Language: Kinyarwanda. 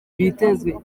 bitezwe